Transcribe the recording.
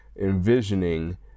envisioning